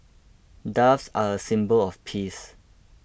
doves are a symbol of peace